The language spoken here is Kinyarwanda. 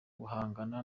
guhangana